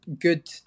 good